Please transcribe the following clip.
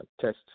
test